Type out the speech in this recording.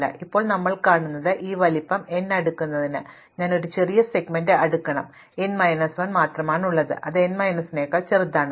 അതിനാൽ ഇപ്പോൾ നമ്മൾ കാണുന്നത് ഈ വലിപ്പം n അടുക്കുന്നതിന് ഞാൻ ഒരു ചെറിയ സെഗ്മെന്റ് അടുക്കണം അത് n മൈനസ് 1 മാത്രമാണുള്ളത് അത് n മൈനസ് 1 നേക്കാൾ ചെറുതാണ്